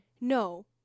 no